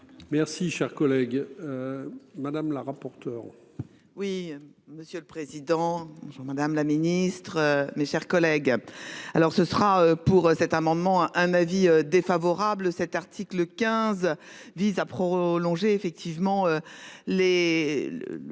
Merci cher collègue. Madame la rapporteure. Oui, monsieur le président, madame la ministre, mes chers collègues. Alors ce sera pour cet amendement un avis défavorable cet article 15, vise à prolonger effectivement. Les